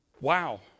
wow